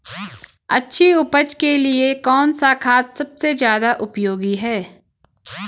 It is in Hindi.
अच्छी उपज के लिए कौन सा खाद सबसे ज़्यादा उपयोगी है?